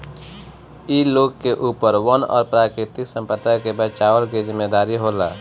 इ लोग के ऊपर वन और प्राकृतिक संपदा से बचवला के जिम्मेदारी होला